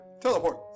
Teleport